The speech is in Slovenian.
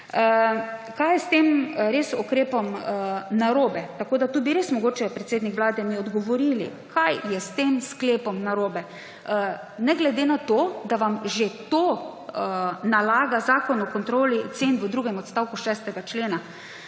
Kaj je s tem ukrepom narobe? Tu bi res mogoče, predsednik Vlade, mi odgovorili, kaj je s tem sklepom narobe. Ne glede na to, da vam že to nalaga Zakon o kontroli cen, v drugem odstavku 6. člena,